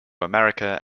america